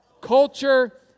culture